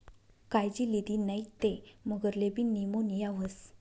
कायजी लिदी नै ते मगरलेबी नीमोनीया व्हस